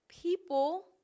People